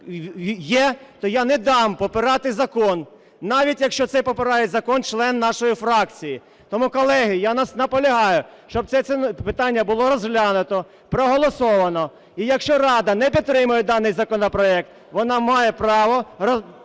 є, то я не дам попирати закон, навіть якщо це попирає закон член нашої фракції. Тому, колеги, я наполягаю, щоб це питання було розглянуто, проголосовано. І якщо Рада не підтримає даний законопроект, вона має право повернути